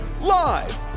live